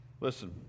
Listen